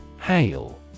Hail